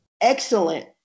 excellent